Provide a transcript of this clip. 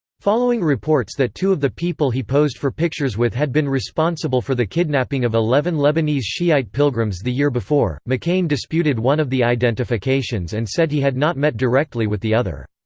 following reports that two of the people he posed for pictures with had been responsible for the kidnapping of eleven lebanese shiite pilgrims the year before, mccain disputed one of the identifications and said he had not met directly with the other.